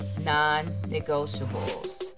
non-negotiables